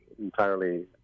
entirely